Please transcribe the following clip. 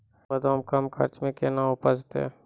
बादाम कम खर्च मे कैना उपजते?